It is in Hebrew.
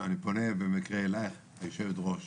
אני פונה במקרה אלייך היושבת ראש,